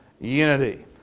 unity